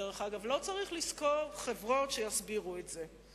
דרך אגב, לא צריך לשכור חברות שיסבירו את זה.